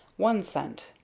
one cent.